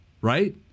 right